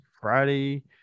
Friday